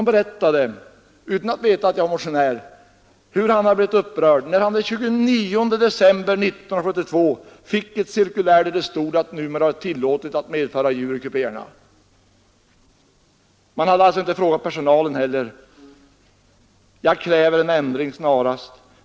Han berättade — utan att veta att jag är motionär i frågan — hur han hade blivit upprörd när han den 29 december 1972 fick ett cirkulär, där det stod att det numera är tillåtet att medföra djur i kupéerna. Man hade alltså inte heller frågat personalen. Jag kräver en ändring snarast.